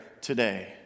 today